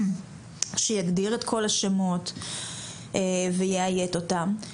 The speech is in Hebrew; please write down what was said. שיגדיר את כל השמות ויאיית אותם,